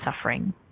suffering